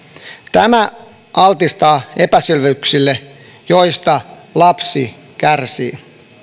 tämä altistaa epäselvyyksille joista lapsi kärsii